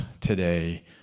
today